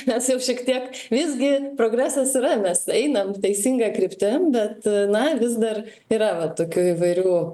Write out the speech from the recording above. nes jau šiek tiek visgi progresas yra mes einam teisinga kryptim bet na vis dar yra va tokių įvairių